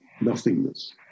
nothingness